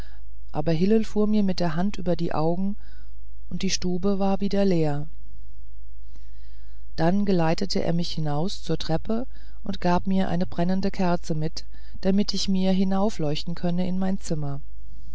aber hillel fuhr mir mit der hand über die augen und die stube war wieder leer dann geleitete er mich hinaus zur treppe und gab mir eine brennende kerze mit damit ich mir hinaufleuchten könne in mein zimmer